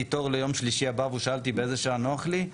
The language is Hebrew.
תור ליום שלישי הבא והוא שאל אותי באיזה שעה נוח לי,